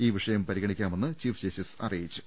ഈ വിഷയം പരിഗ ണിക്കാമെന്ന് ചീഫ് ജസ്റ്റിസ് അറിയിച്ചു